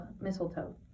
mistletoe